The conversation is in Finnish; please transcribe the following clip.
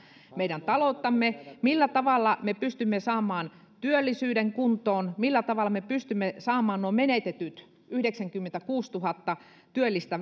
meidän talouttamme millä tavalla me pystymme saamaan työllisyyden kuntoon millä tavalla me pystymme saamaan nuo menetetyt yhdeksänkymmentäkuusituhatta työllistä